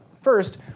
first